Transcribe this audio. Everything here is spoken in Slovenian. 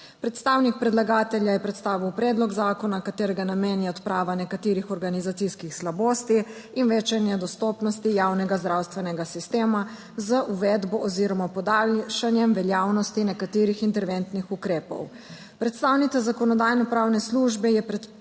Predstavnik predlagatelja je predstavil predlog zakona, katerega namen je odprava nekaterih organizacijskih slabosti in večanje dostopnosti javnega zdravstvenega sistema z uvedbo oziroma podaljšanjem veljavnosti nekaterih interventnih ukrepov. Predstavnica Zakonodajno-pravne službe je predstavila